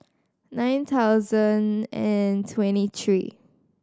nine thousand and twenty three